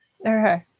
Okay